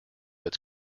its